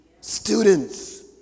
students